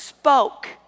spoke